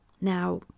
Now